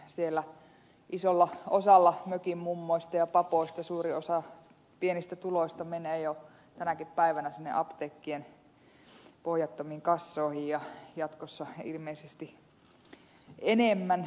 siellä isolla osalla mökin mummoista ja papoista suuri osa pienistä tuloista menee jo tänäkin päivänä sinne apteekkien pohjattomiin kassoihin ja jatkossa ilmeisesti enemmän